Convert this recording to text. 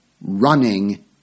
running